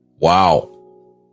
Wow